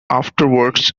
afterwards